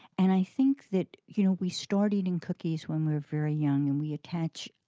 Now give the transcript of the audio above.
and i think that you know we start eating cookies when we're very young, and we attach.